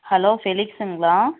hello ஃபெலிக்ஸுங்களா